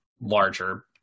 larger